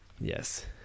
Yes